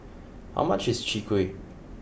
how much is Chwee Kueh